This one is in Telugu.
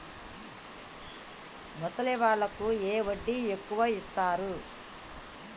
ముసలి వాళ్ళకు ఏ వడ్డీ ఎక్కువ ఇస్తారు?